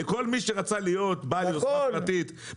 כל מי שרצה להיות בעל יוזמה פרטית,